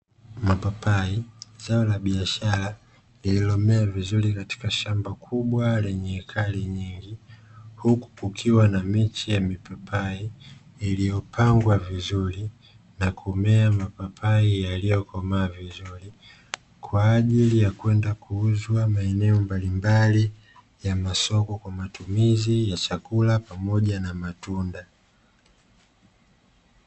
Mapapai zao la biashara lililomea vizuri katika shamba kubwa lenye ekari nyingi, huku kukiwa na miche ya mipapai iliyopangwa vizuri na kumea mapapai yaliyokomaa vizuri kwa ajili ya kwenda kuuzwa maeneo mbalimbali ya masoko kwa matumizi ya chakula pamoja na matunda.